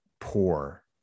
poor